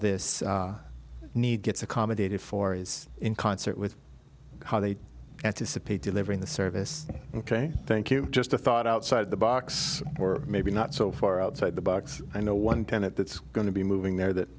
this need gets accommodated for is in concert with how they anticipate delivering the service ok thank you just a thought outside the box or maybe not so far outside the box i know one tenet that's going to be moving there that